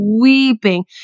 weeping